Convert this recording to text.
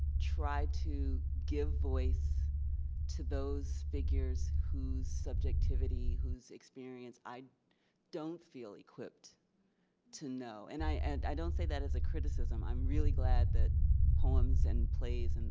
try to give voice to those figures whose subjectivity, whose experience, i don't feel equipped to know. and i and i don't say that as a criticism. i'm really glad that poems, and plays, and